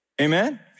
Amen